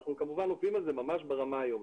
אנחנו כמובן עובדים על זה ממש ברמה היומית.